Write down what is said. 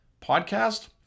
Podcast